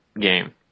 game